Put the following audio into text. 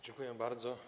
Dziękuję bardzo.